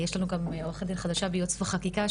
יש לנו כאן עורכת דין חדשה בייעוץ וחקיקה,